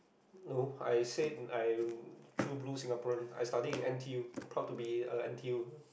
no I said I true blue Singaporean I studied in n_t_u proud to be a n_t_u